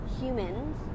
humans